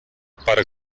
para